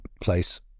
place